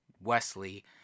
Wesley